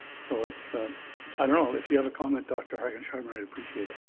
so it's i don't know. if you have a comment, dr. hargesheimer, i'd appreciate it.